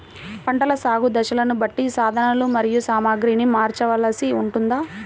పంటల సాగు దశలను బట్టి సాధనలు మరియు సామాగ్రిని మార్చవలసి ఉంటుందా?